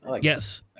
Yes